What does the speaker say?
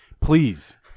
please